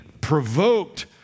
provoked